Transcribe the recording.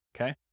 okay